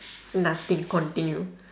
nothing continue